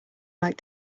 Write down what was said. like